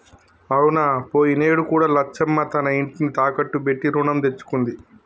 అవునా పోయినేడు కూడా లచ్చమ్మ తన ఇంటిని తాకట్టు పెట్టి రుణం తెచ్చుకుంది